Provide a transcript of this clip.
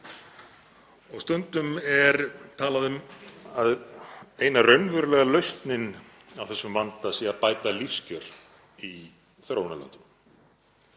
Stundum er talað um að eina raunverulega lausnin á þessum vanda sé að bæta lífskjör í þróunarlöndunum.